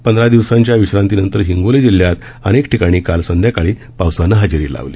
पंधरा दिवसांच्या विश्रांतीनंतर हिंगोली जिल्ह्यात अनेक ठिकाणी काल संध्याकाळी पावसानं हजेरी लावली